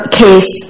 case